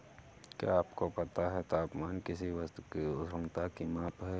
क्या आपको पता है तापमान किसी वस्तु की उष्णता की माप है?